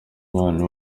bana